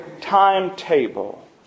timetable